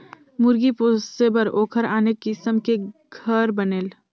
मुरगी पोसे बर ओखर आने किसम के घर बनेल